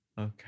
Okay